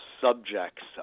subjects